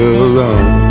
alone